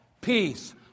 peace